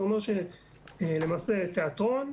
זה אומר שלמעשה תיאטרון,